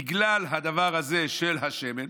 בגלל הדבר הזה של השמן,